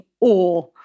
awe